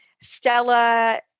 Stella